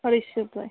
अडीचशे रुपये